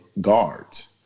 guards